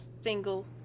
single